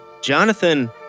Jonathan